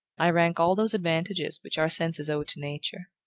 i rank all those advantages which our senses owe to nature.